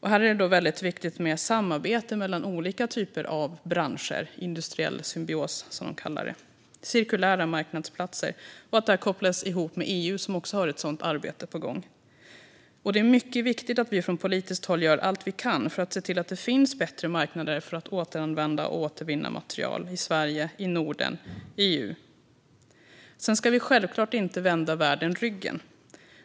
Här är det väldigt viktigt med samarbete mellan olika typer av branscher - industriell symbios, som man kallar det - cirkulära marknadsplatser och att detta kopplas ihop med EU, som också har ett sådant arbete på gång. Det är mycket viktigt att vi från politiskt håll gör allt vi kan för att se till att det finns bättre marknader för att återanvända och återvinna material i Sverige, Norden och EU. Sedan ska vi självklart inte vända världen ryggen.